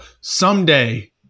someday